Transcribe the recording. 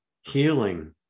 healing